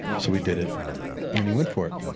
so we did it and he went for it.